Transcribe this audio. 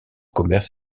commerce